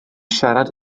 siarad